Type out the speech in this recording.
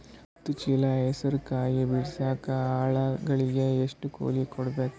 ಹತ್ತು ಚೀಲ ಹೆಸರು ಕಾಯಿ ಬಿಡಸಲಿಕ ಆಳಗಳಿಗೆ ಎಷ್ಟು ಕೂಲಿ ಕೊಡಬೇಕು?